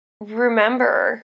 remember